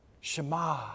Shema